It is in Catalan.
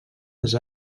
les